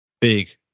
big